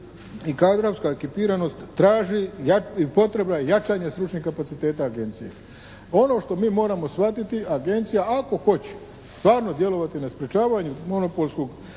kadrovska ekipiranost traži potrebno je jačanje stručnih kapaciteta Agencije. Ono što moramo shvatiti, Agencija ako hoće stvarno djelovati na sprječavanje monopolskog